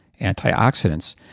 antioxidants